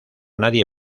nadie